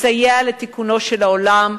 לסייע לתיקונו של העולם,